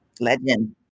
Legend